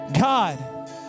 God